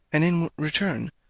and, in return,